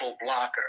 blocker